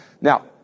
Now